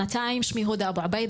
שמי הודא אבו עבייד,